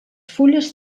fulles